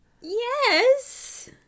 yes